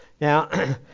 Now